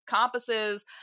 compasses